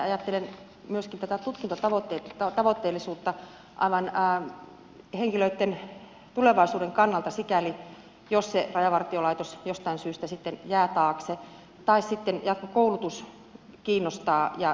ajattelen myöskin tätä tutkintotavoitteellisuutta aivan henkilöitten tulevaisuuden kannalta sikäli jos se rajavartiolaitos jostain syystä sitten jää taakse tai sitten jatkokoulutus kiinnostaa